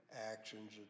actions